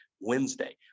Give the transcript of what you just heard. Wednesday